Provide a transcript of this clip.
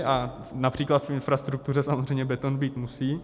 A například v infrastruktuře samozřejmě beton být musí.